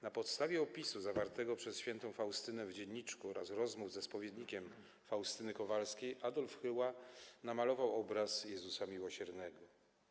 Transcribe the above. Na podstawie opisu zawartego przez św. Faustynę w „Dzienniczku” oraz rozmów ze spowiednikiem Faustyny Kowalskiej Adolf Hyła namalował obraz Jezusa Miłosiernego.